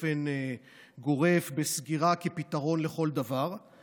אנחנו לא תומכים באופן גורף בסגירה כפתרון לכל דבר,